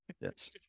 yes